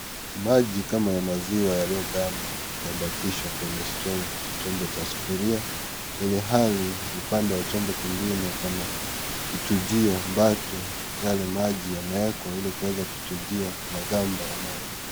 Maji kama ya maziwa yaliyoganda yamebakishwa kwenye chumbo cha sufuria ilhali upande wa chumbo kingine pana kichujio ambacho yale maji yamewekwa ili kuweza kuchujia magamba ya maji.